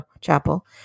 Chapel